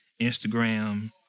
Instagram